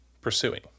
pursuing